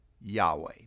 Yahweh